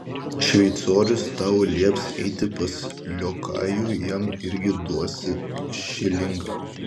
šveicorius tau lieps eiti pas liokajų jam irgi duosi šilingą